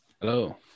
Hello